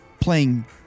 playing